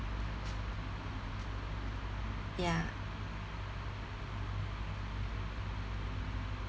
ya